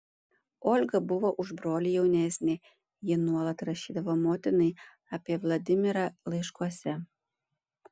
olga buvo už brolį jaunesnė ji nuolat rašydavo motinai apie vladimirą laiškuose